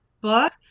book